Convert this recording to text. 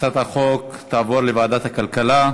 הצעת החוק תעבור לוועדת הכלכלה.